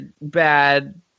bad